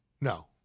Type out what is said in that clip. No